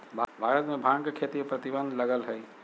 भारत में भांग के खेती पर प्रतिबंध लगल हइ